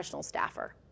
staffer